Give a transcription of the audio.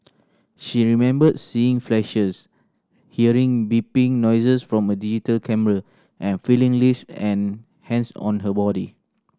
she remembered seeing flashes hearing beeping noises from a digital camera and feeling lips and hands on her body